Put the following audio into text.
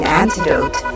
antidote